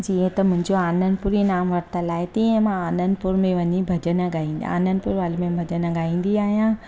जीअं त मुंहिंजा आनंदपूर ई नाम वरितलु आहे तीअं मां आनंदपुर में वञी भॼन गाईंदी आनंदपुर वारे में भॼन गाईंदी आहियां